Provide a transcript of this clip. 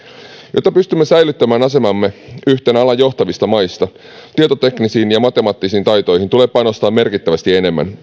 jotta pystymme säilyttämään asemamme yhtenä alan johtavista maista tietoteknisiin ja matemaattisiin taitoihin tulee panostaa merkittävästi enemmän